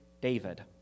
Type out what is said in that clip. David